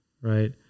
Right